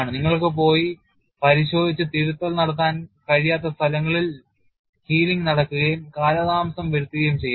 നിങ്ങൾക്ക് പോയി പരിശോധിച്ച് തിരുത്തൽ നടത്താൻ കഴിയാത്ത സ്ഥലങ്ങളിൽ രോഗശാന്തി നടക്കുകയും കാലതാമസം വരുത്തുകയും ചെയ്യാം